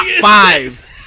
Five